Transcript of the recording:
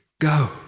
go